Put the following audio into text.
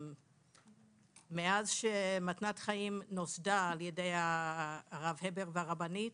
מאז שמתנת חיים נוסדה על ידי הרב הבר והרבנית,